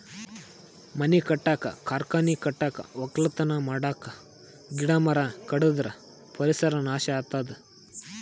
ಮನಿ ಕಟ್ಟಕ್ಕ್ ಕಾರ್ಖಾನಿ ಕಟ್ಟಕ್ಕ್ ವಕ್ಕಲತನ್ ಮಾಡಕ್ಕ್ ಗಿಡ ಮರ ಕಡದ್ರ್ ಪರಿಸರ್ ನಾಶ್ ಆತದ್